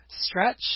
stretch